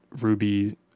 Ruby